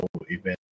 event